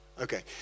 Okay